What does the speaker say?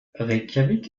reykjavík